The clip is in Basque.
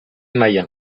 mailan